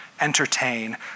entertain